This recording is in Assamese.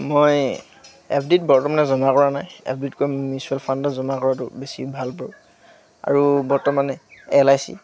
মই এফ ডিত বৰ্তমানে জমা কৰা নাই এফ ডিতকৈ মিউচুৱেল ফাণ্ডত জমা কৰাতো বেছি ভাল পাওঁ আৰু বৰ্তমানে এল আই চি